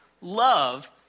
love